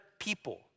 people